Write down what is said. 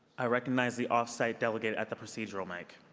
ah recognize the off-site delegate at the procedural mic.